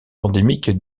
endémique